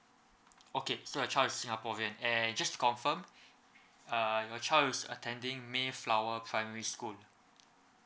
okay so your child is singaporean and just confirm uh your child is attending mayflower primary school